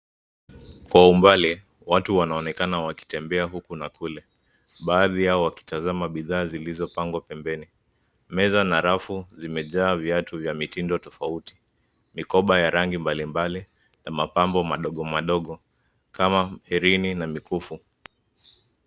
Kwa umbali, watu wanaonekana wakitembea huku na kule. Baadhi yao wakitazama bidhaa zilizopangwa pembeni. Meza na rafu zimejaa viatu vya mitindo tofauti. Mikoba ya rangi mbalimbali, na mapambo madogo madogo, kama herini na mikufu.